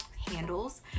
handles